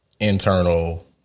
Internal